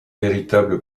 véritable